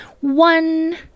one